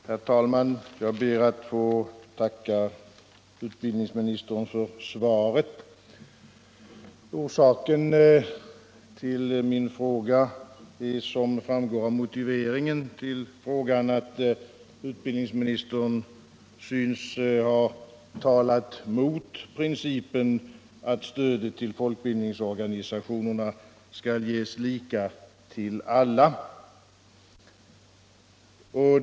Herr talman! Jag ber att få tacka utbildningsministern för svaret. Orsaken till min fråga är, som framgår av motiveringen till den, att utbildningsministern synes ha talat mot principen att stödet till folkbildningsorganisationerna skall ges lika till alla.